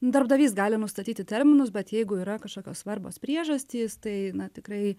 darbdavys gali nustatyti terminus bet jeigu yra kažkokios svarbios priežastys tai na tikrai